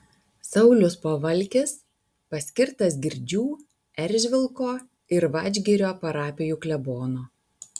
saulius pavalkis paskirtas girdžių eržvilko ir vadžgirio parapijų klebonu